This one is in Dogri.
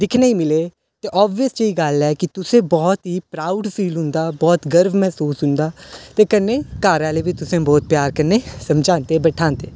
दिक्खने गी मिले ते आवियस जेही गल्ल ऐ कि तुसें बहुत गै प्राउड फील होंदा होर बहुत गर्भ मसूस होंदा ते कन्नै घरैआह्ले बी तुसें गी बहुत प्यार कन्नै समझांदे बठांदे